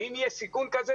ואם יהיה סיכון כזה,